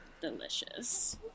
delicious